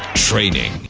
training